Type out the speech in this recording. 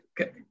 Okay